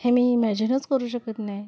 हे मी इमॅजिनच करू शकत नाही